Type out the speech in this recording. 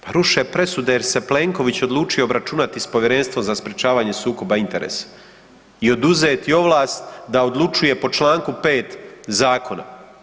Pa ruše presude jer se Plenković odlučio obračunati s Povjerenstvom za sprječavanje sukoba interesa i oduzeti ovlast da odlučuje po čl. 5. zakona.